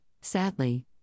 Sadly